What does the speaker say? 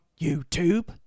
YouTube